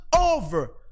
over